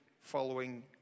following